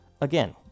again